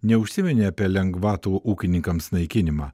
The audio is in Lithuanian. neužsiminė apie lengvatų ūkininkams naikinimą